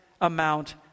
amount